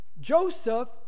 Joseph